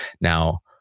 Now